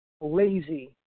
lazy